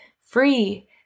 free